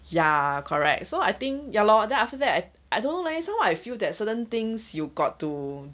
ya correct so I think ya lor then after that I don't know leh so I feel that certain things you got to